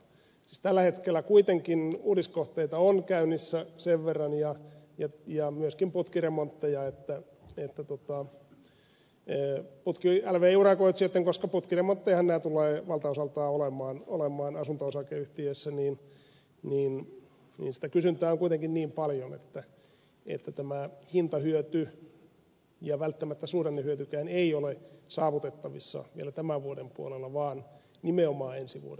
siis tällä hetkellä kuitenkin uudiskohteita on käynnissä sen verran ja myöskin putkiremontteja lvv urakoitsijoitten töitä koska putkiremonttejahan nämä tulevat valtaosaltaan olemaan asunto osakeyhtiöissä ja niistä kysyntää on kuitenkin niin paljon että tämä hintahyöty ja välttämättä suhdannehyötykään ei ole saavutettavissa vielä tämän vuoden puolella vaan nimenomaan ensi vuoden puolella